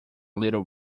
little